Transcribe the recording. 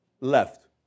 left